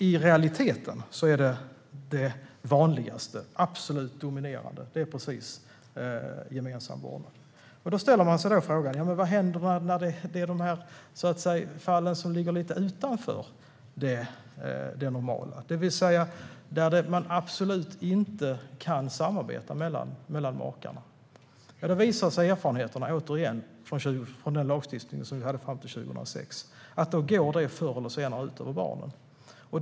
I realiteten är det vanligaste, det absolut dominerande, gemensam vårdnad. Men vad händer i de fall som ligger lite utanför det normala, i de fall föräldrarna absolut inte kan samarbeta? Då visar erfarenheterna av den lagstiftning vi hade fram till 2006 att det förr eller senare går ut över barnen.